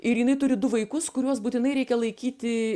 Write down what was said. ir jinai turi du vaikus kuriuos būtinai reikia laikyti